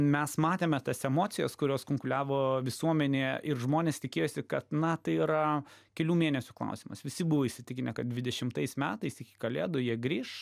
mes matėme tas emocijas kurios kunkuliavo visuomenėje ir žmonės tikėjosi kad na tai yra kelių mėnesių klausimas visi buvo įsitikinę kad dvidešimtais metais iki kalėdų jie grįš